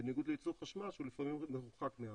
בניגוד לייצור חשמל שהוא לפעמים מרוחק מהערים.